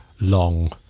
long